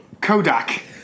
Kodak